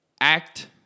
act